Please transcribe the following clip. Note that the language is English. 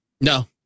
No